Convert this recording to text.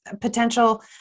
potential